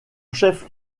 chef